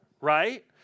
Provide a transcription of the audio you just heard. right